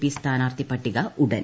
P സ്ഥാനാർത്ഥി പട്ടിക ഉടൻ